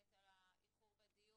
מתנצלת על האיחור בדיון,